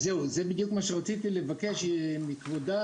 זה בדיוק מה שרציתי לבקש מכבודה,